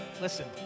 listen